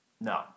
No